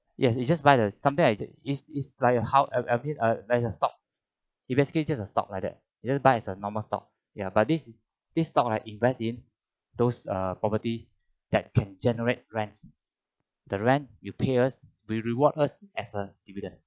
yes you just buy the something like that is is like a how I I mean uh like a stock it basically just a stock like that you just buy as a normal stock ya but this this stock right invest in those uh property that can generate rents the rent will pay us will reward us as a dividend